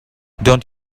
don’t